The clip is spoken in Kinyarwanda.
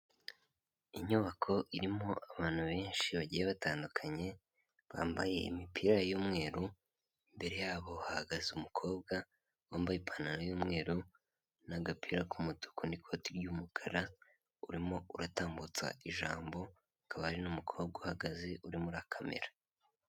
Inyubako irimo abantu benshi bagiye batandukanye bambaye imipira y'umweru, imbere yabo hahagaze umukobwa wambaye ipantaro y'umweru n'agapira k'umutuku n'ikoti ry'umukara urimo uratambutsa ijambo, hakaba hari n'umukobwa uhagaze uri muri kamera.